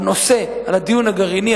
על הדיון הגרעיני,